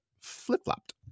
flip-flopped